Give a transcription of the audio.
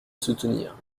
soutenir